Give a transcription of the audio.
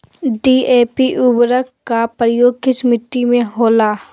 DAP उर्वरक का प्रयोग किस मिट्टी में होला?